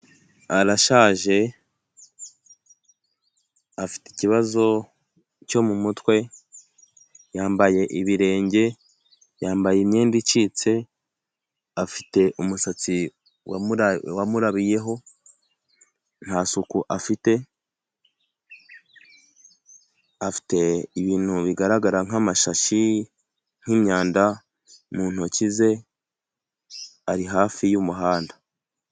Arashaje afite ikibazo cyo mumutwe yambaye ibirenge yambaye imyenda icitse, afite umusatsi wamurabiyeho nta suku afite, afite ibintu bigaragara nk'amashashi nk'imyanda mu ntoki ze ari hafi y'umuhanda.